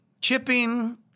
chipping